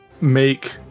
make